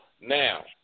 Now